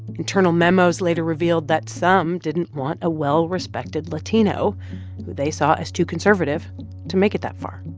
internal memos later revealed that some didn't want a well-respected latino who they saw as too conservative to make it that far